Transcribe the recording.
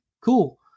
cool